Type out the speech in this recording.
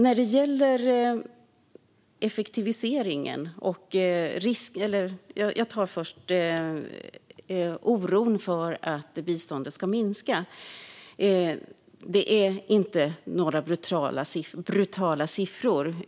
När det gäller oron för att biståndet ska minska handlar det inte om några brutala siffror.